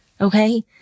Okay